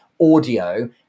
audio